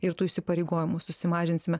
ir tų įsipareigojimų susimažinsime